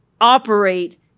operate